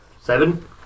seven